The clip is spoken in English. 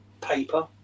paper